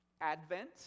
advent